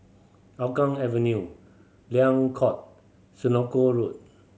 Hougang Avenue Liang Court Senoko Road